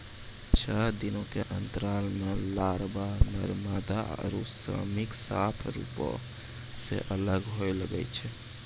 छः दिनो के अंतराल पे लारवा, नर मादा आरु श्रमिक साफ रुपो से अलग होए लगै छै